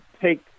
take